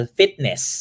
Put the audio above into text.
fitness